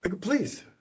Please